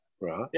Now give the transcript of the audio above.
right